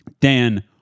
Dan